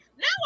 now